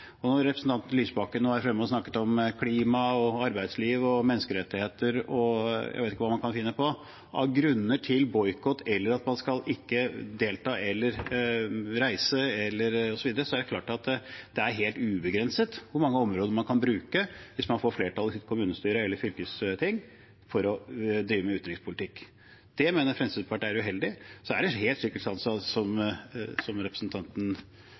Når representanten Lysbakken var på talerstolen nå og snakket om klima og arbeidsliv og menneskerettigheter – jeg vet ikke hva man kan finne på av grunner til boikott, at man ikke skal delta, eller reise osv. – er det klart helt ubegrenset hvor mange områder man kan bruke hvis man får flertall i kommunestyret eller fylkestinget for å drive med utenrikspolitikk. Det mener Fremskrittspartiet er uheldig. Det er helt sikkert slik som representanten